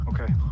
Okay